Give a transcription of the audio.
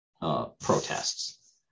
protests